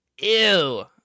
Ew